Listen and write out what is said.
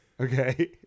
Okay